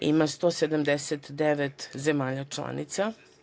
Ima 179 zemalja članica.